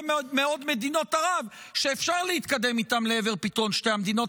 מאוד מדינות ערב שאפשר להתקדם איתם לעבר פתרון שתי המדינות,